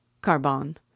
Carbon